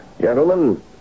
Gentlemen